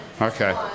Okay